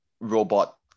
robot